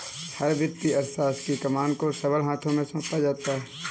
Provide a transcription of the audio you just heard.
हर वित्तीय अर्थशास्त्र की कमान को सबल हाथों में सौंपा जाता है